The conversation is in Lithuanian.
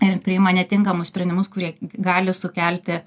ir priima netinkamus sprendimus kurie gali sukelti